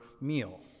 meal